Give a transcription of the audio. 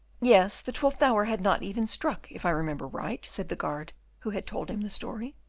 yes, the twelfth hour had not even struck, if i remember right, said the guard who had told him the story.